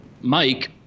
Mike